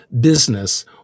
business